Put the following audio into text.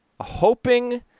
hoping